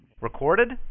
Recorded